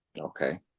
Okay